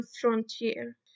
frontier